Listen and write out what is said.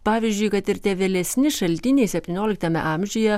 pavyzdžiui kad ir tie vėlesni šaltiniai septynioliktame amžiuje